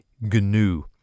GNU